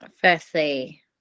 Firstly